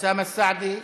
אוסאמה סעדי,